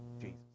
Jesus